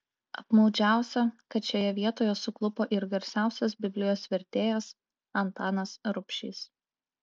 apmaudžiausia kad šioje vietoje suklupo ir garsiausias biblijos vertėjas antanas rubšys